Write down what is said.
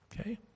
Okay